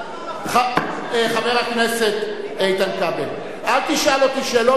למה חבר הכנסת איתן כבל, אל תשאל אותי שאלות.